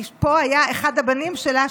כי פה היה אחד הבנים שלה,